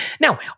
Now